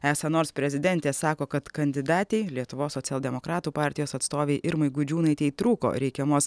esą nors prezidentė sako kad kandidatei lietuvos socialdemokratų partijos atstovei irmai gudžiūnaitei trūko reikiamos